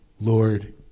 Lord